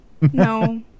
no